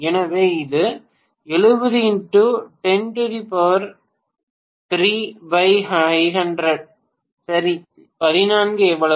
எனவே இது 70x103500 சரி 14 எவ்வளவு